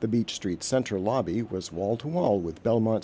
the beach street center lobby was wall to wall with belmont